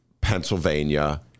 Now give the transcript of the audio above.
Pennsylvania